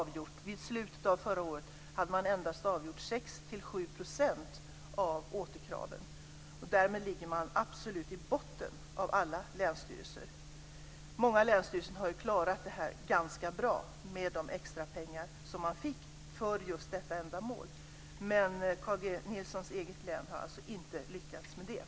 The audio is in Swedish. Vid slutet av förra året hade man där avgjort endast 6-7 % av återkraven. Därmed ligger man absolut i botten av alla länsstyrelser. Många länsstyrelser har klarat detta ganska bra med de extra pengar de fick just för detta ändamål. Men Carl G Nilssons eget län har inte lyckats med det.